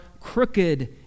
crooked